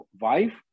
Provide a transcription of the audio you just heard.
wife